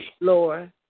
Lord